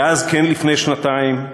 כאז כן לפני שנתיים,